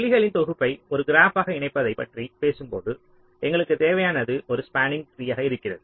புள்ளிகளின் தொகுப்பை ஒரு கிராப்பாக இணைப்பதைப் பற்றி பேசும்போது எங்களுக்குத் தேவையானது ஒரு ஸ்பாண்ணிங் ட்ரீ யாக இருக்கிறது